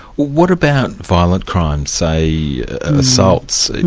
what about violent crimes, say yeah assaults?